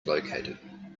located